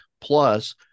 plus